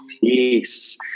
peace